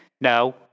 No